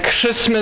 Christmas